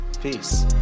peace